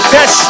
Best